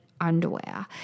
Underwear